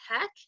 heck